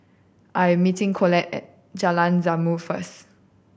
I am meeting Colette at Jalan Zamrud first